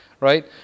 Right